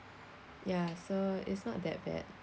ya so it's not that bad